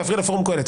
להפריע לפורום קהלת.